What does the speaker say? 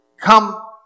come